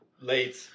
late